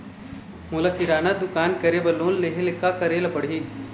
मोला किराना दुकान करे बर लोन लेहेले का करेले पड़ही?